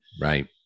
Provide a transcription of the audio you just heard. Right